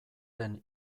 den